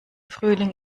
frühling